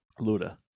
Luda